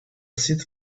sit